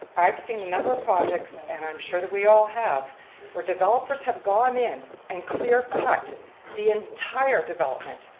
i've seen a number of projects, and i'm sure that we all have where developers have gone in and clear-cut and the entire development,